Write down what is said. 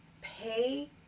pay